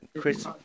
Chris